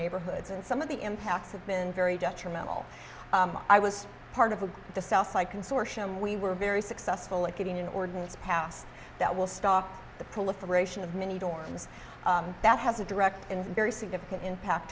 neighborhoods and some of the impacts have been very detrimental i was part of the southside consortium we were very successful at getting an ordinance passed that will stop the proliferation of many dorms and that has a direct and very significant impact